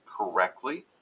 correctly